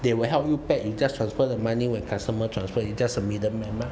they will help you pack you just transferred the money when customer transfer you just a middle man mah